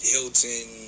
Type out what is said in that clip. Hilton